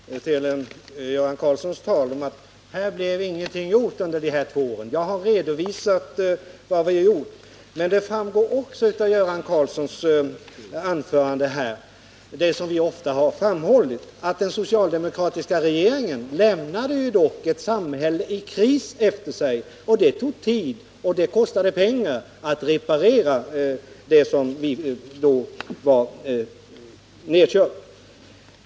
Herrtalman! Göran Karlsson sade att det inte blev någonting gjort under de två åren, men jag har redovisat vad vi gjorde. Av Göran Karlssons anförande framgick vad vi ofta sagt, nämligen att den socialdemokratiska regeringen lämnade ett samhälle i kris efter sig. Och det tog tid och kostade pengar att reparera vad som var nedkört.